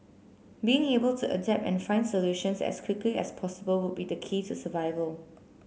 being able to adapt and find solutions as quickly as possible would be the key to survival